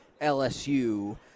LSU